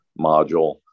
module